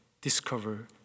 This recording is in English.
discover